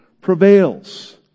prevails